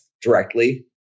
directly